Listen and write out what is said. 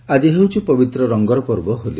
ହୋଲି ଆକି ହେଉଛି ପବିତ୍ ରଙ୍ଗର ପର୍ବ ହୋଲି